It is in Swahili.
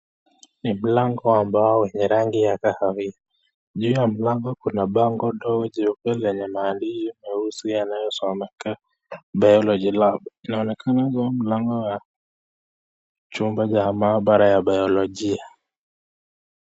Ni mlango wa mbao wenye rangi ya kahawia, juu ya mlango kuna bango dogo jeupe yenye maandishi meusi yanayosomeka Biology lab . Inaonekana hiyo mlango ni ya chumba cha maabara ya biolojia.